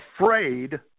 afraid